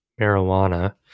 marijuana